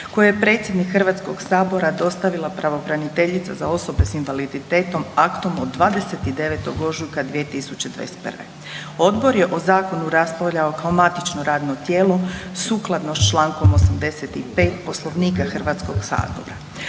koje je predsjedniku Hrvatskog sabora dostavila pravobraniteljica za osobe s invaliditetom aktom od 29. ožujka 2021. Odbor je o zakonu raspravljao kao matično radno tijelo sukladno s Člankom 85. Poslovnika Hrvatskog sabora.